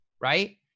right